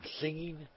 singing